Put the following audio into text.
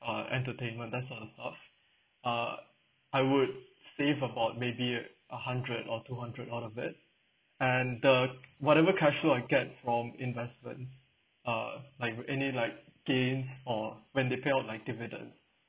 uh entertainment that's a lot uh I would save about maybe uh a hundred or two hundred out of it and the whatever cashflow I get from investment uh like would any like gain or when they payout like dividend